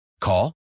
Call